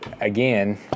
again